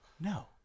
No